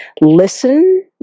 listen